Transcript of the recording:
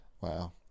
Wow